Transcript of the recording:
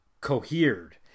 cohered